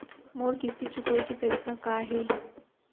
मोर किस्ती चुकोय के तारीक का हे?